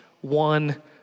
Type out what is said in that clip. one